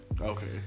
Okay